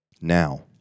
now